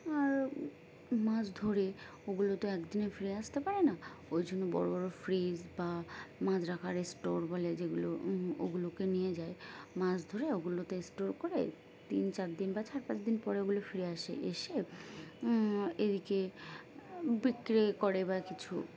আর মাছ ধরে ওগুলো তো একদিনে ফিরে আসতে পারে না ওই জন্য বড় বড় ফ্রিজ বা মাছ রাখার স্টোর বলে যেগুলো ওগুলোকে নিয়ে যায় মাছ ধরে ওগুলোতে স্টোর করে তিন চার দিন বা চার পাঁচ দিন পরে ওগুলো ফিরে আসে এসে এদিকে বিক্রি করে বা কিছু